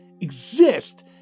exist